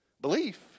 Belief